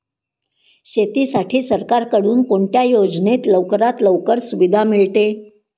शेतीसाठी सरकारकडून कोणत्या योजनेत लवकरात लवकर सुविधा मिळते?